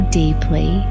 deeply